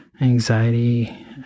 anxiety